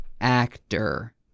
actor